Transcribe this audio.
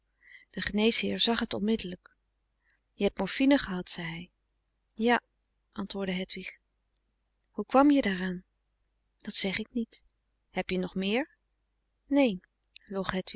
de geneesheer zag het onmiddelijk je hebt morfine gehad zei hij ja antwoordde hedwig hoe kwam je daaraan frederik van eeden van de koele meren des doods dat zeg ik niet heb je nog meer neen